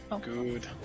Good